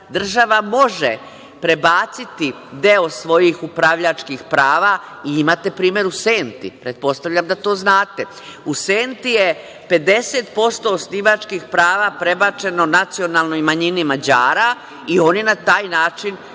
Država može prebaciti deo svojih upravljačkih prava. Imate primer u Senti. Pretpostavljam da to znate. U Senti je 50% osnivačkih prava prebačeno nacionalnoj manjini Mađara i oni na taj način